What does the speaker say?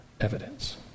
evidence